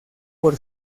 por